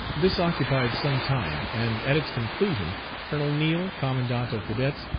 this occupied some time, and at its conclusion colonel neil, commandant of cadets,